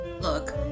look